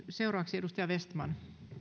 seuraavaksi edustaja vestman